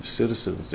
citizens